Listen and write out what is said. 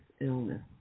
Illness